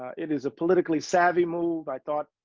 it is a politically savvy move i thought